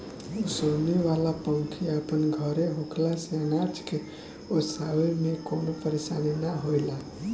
ओसवनी वाला पंखी अपन घरे होखला से अनाज के ओसाए में कवनो परेशानी ना होएला